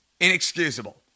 inexcusable